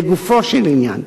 לגופו של עניין,